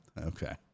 Okay